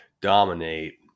dominate